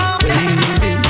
baby